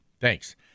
Thanks